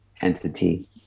entity